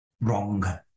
wrong